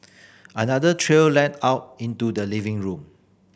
another trail led out into the living room